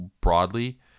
broadly